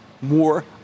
more